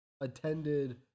attended